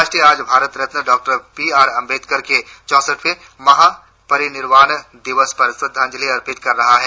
राष्ट्र आज Bharat Ratna doctor B R Ambedkar के चौसठवें महा परिनिर्वाण दिवस पर श्रद्धांजलि अर्पित कर रहा है